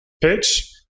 pitch